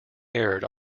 aired